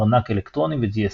ארנק אלקטרוני ו-GSM.